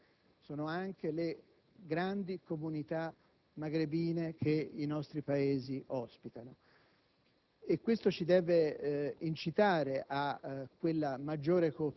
socialmente legati a questa realtà nordafricana e non possiamo invocare